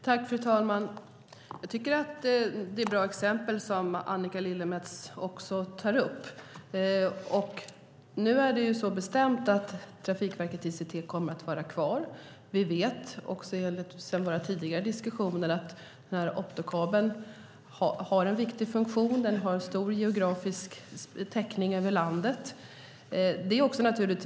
Fru talman! Jag tycker att det är bra exempel som Annika Lillemets tar upp. Nu är det så bestämt att Trafikverket ICT kommer att vara kvar. Vi vet, också sedan våra tidigare diskussioner, att optokabeln har en viktig funktion och en stor geografisk täckning över landet.